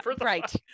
right